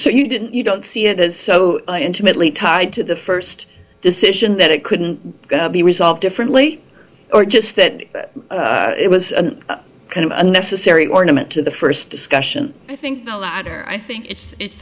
so you didn't you don't see it is so intimately tied to the first decision that it couldn't be resolved differently or just that it was kind of unnecessary ornament to the first discussion i think the latter i think it's